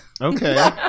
Okay